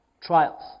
trials